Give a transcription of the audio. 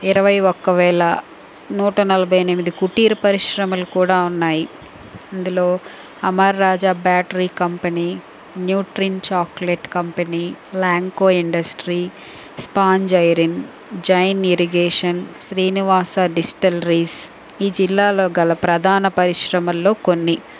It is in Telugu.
ఇరవై ఒక్క వేల నూట నలభై ఎనిమిది కుటీర పరిశ్రమలు కూడా ఉన్నాయి ఇందులో Amara Raja battery company Nutrine chocolate company Lanco industry sponge iron Jain irrigation Srinivasa డిస్టిల్లరీస్ ఈ జిల్లాలో గల ప్రధాన పరిశ్రమల్లో కొన్ని